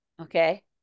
Okay